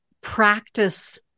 practice